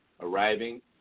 arriving